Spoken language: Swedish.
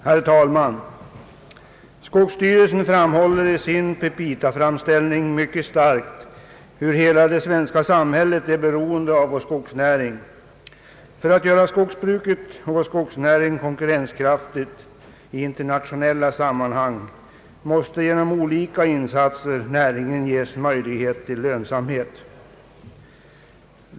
Herr talman! Skogsstyrelsen framhåller i sin petitaframställning mycket starkt hur hela det svenska samhället är beroende av vår skogsnäring. För att göra skogsbruket konkurrenskraftigt i internationella sammanhang måste vi genom olika insatser ge näringen möjlighet till lönsamhet.